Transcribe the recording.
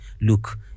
look